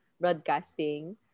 broadcasting